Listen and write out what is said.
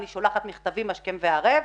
אני שולחת מכתבים השכם והערב,